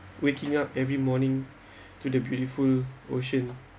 waking up every morning to the beautiful ocean